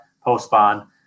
post-spawn